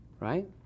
Right